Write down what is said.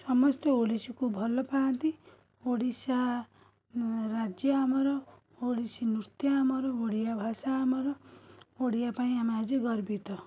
ସମସ୍ତେ ଓଡ଼ିଶୀକୁ ଭଲପାଆନ୍ତି ଓଡ଼ିଶା ରାଜ୍ୟ ଆମର ଓଡ଼ିଶୀନୃତ୍ୟ ଆମର ଓଡ଼ିଆଭାଷା ଆମର ଓଡ଼ିଆ ପାଇଁ ଆମେ ଆଜି ଗର୍ବିତ